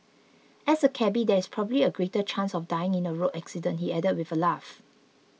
as a cabby there is probably a greater chance of dying in a road accident he added with a laugh